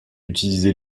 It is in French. utiliser